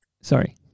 Sorry